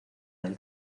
del